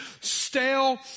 stale